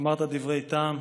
אמרת דברי טעם.